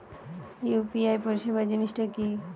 UPI পরিসেবা জিনিসটা কি?